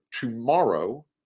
tomorrow